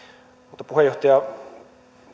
mutta puheenjohtaja